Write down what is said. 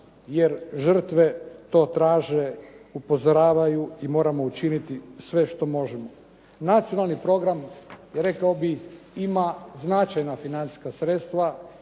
jer žrtve to traže, upozoravaju i moramo učiniti sve možemo. Nacionalni program rekao bih ima značajna financijska sredstva